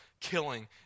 killing